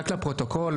רק לפרוטוקול,